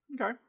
Okay